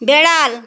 বিড়াল